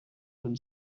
been